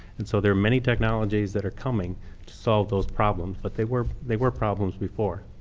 and so there are many technologies that are coming to solve those problems, but they were they were problems before.